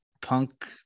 punk